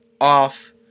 off